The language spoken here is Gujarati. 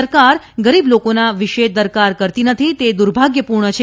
સરકાર ગરીબ લોકોના વિષે દરકાર કરતી નથી તે દુર્ભાગ્યપૂર્ણ છે